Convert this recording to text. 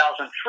2003